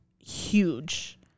huge